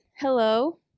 hello